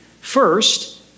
First